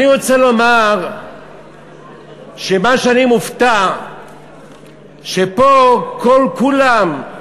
אני רוצה לומר שאני מופתע שפה כולם,